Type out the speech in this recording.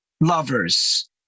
lovers